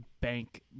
bank